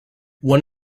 one